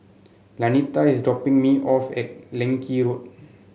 Lanita is dropping me off at Leng Kee Road